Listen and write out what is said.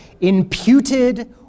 imputed